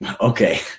Okay